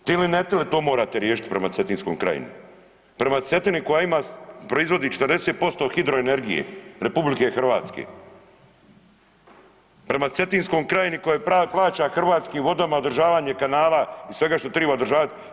Htjeli ili ne htjeli to morate riješiti prema Cetinskoj krajini, prema Cetini koja proizvodi 40% hidroenergije Republike Hrvatske, prema Cetinskoj krajini koja plaća Hrvatskim vodama održavanje kanala i svega što treba održavati.